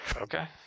Okay